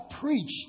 preached